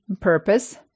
purpose